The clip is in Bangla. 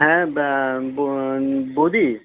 হ্যাঁ ব্যা বো বৌদি